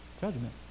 judgment